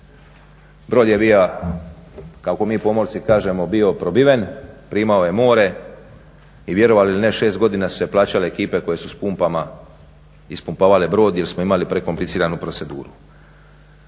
Brod je bio kako mi pomorci kažemo bio probiven, primao je more i vjerovali ili ne šest godina su se plaćale ekipe koje su s pumpama ispumpavale brod jer smo imali prekompliciranu proceduru.